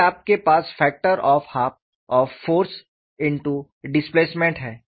इसलिए आपके पास factor of half of force displacement है